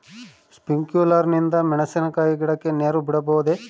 Sprinkler ನಿಂದ ಮೆಣಸಿನಕಾಯಿ ಗಿಡಕ್ಕೆ ನೇರು ಬಿಡಬಹುದೆ?